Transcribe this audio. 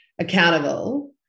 accountable